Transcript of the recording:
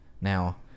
now